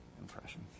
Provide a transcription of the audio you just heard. impression